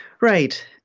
Right